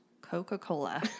Coca-Cola